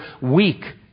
weak